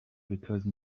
because